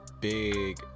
Big